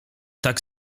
tak